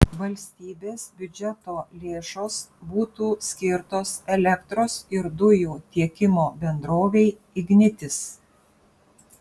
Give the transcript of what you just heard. valstybės biudžeto lėšos būtų skirtos elektros ir dujų tiekimo bendrovei ignitis